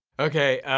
okay,